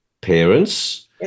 parents